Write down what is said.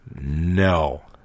no